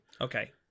Okay